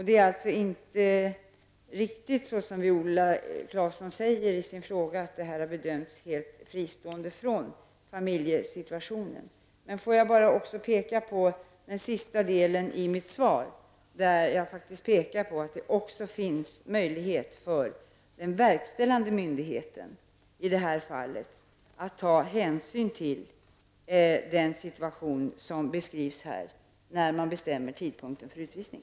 Det är alltså inte riktigt så som Viola Claesson säger i sin fråga: att detta fall har bedömts helt fristående från familjesituationen. Får jag bara peka på den sista delen i mitt svar? Där framhåller jag faktiskt att det finns möjlighet för verkställande myndighet i detta fall att ta hänsyn till den situation som beskrivs här när man bestämmer tidpunkten för utvisning.